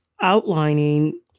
outlining